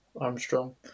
Armstrong